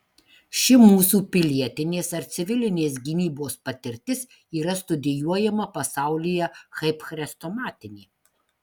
ši mūsų pilietinės ar civilinės gynybos patirtis yra studijuojama pasaulyje kaip chrestomatinė